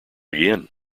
again